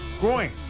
Groins